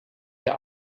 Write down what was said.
ihr